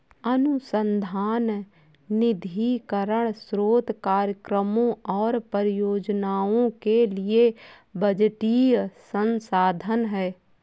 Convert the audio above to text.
अनुसंधान निधीकरण स्रोत कार्यक्रमों और परियोजनाओं के लिए बजटीय संसाधन है